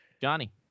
Johnny